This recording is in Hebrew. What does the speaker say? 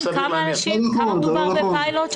חיים על כמה אנשים מדובר בפיילוט?